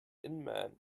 inman